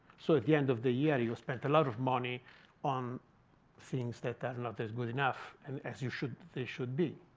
so at the end of the year, you've spent a lot of money on things that are and not as good enough and as you should they should be.